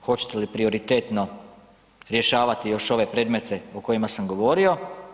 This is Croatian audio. Hoćete li prioritetno rješavati još ove predmete o kojima sam govorio?